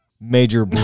Major